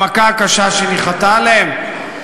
במכה הקשה שניחתה עליהם?